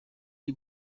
die